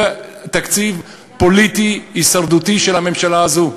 זה תקציב פוליטי הישרדותי של הממשלה הזו.